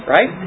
Right